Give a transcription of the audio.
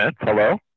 Hello